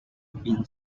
been